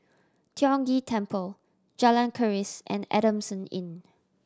Tiong Ghee Temple Jalan Keris and Adamson Inn